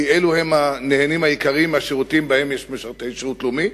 כי אלה הם הנהנים העיקריים מהשירותים שבהם יש משרתי שירות לאומי.